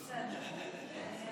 סליחה.